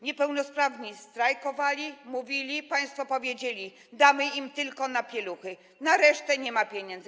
Niepełnosprawni strajkowali, mówili, a państwo powiedzieli: damy im tylko na pieluchy, na resztę nie ma pieniędzy.